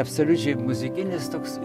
absoliučiai muzikinis toks